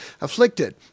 afflicted